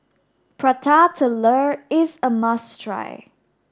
Prata Telur is a must try